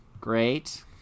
Great